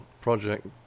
project